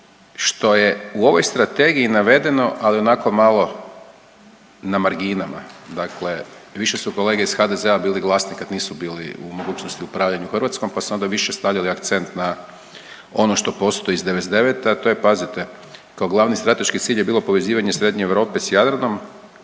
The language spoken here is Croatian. što je u ovoj strategiji navedeno, ali onako malo na marginama, dakle više su kolege iz HDZ-a bili glasni kad nisu bili u mogućnosti upravljanju Hrvatskom, pa su onda više stavljali akcent na ono što postoji iz '99., a to je pazite kao glavni strateški cilj je bilo povezivanje Srednje Europe s Jadranom,